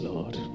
Lord